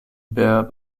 bear